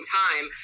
time